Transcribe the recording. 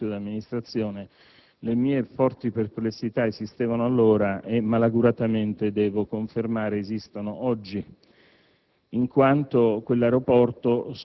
nella qualità di componente del consiglio d'amministrazione, e le mie forti perplessità esistevano già allora e, malauguratamente, devo confermare che esistono